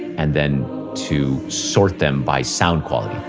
and then to sort them by sound quality.